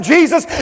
Jesus